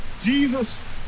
Jesus